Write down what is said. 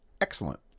Excellent